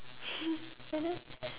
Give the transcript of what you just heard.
and then